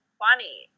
funny